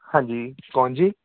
ਹਾਂਜੀ ਕੌਣ ਜੀ